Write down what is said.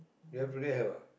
ya today have ah